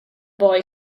boy